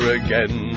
again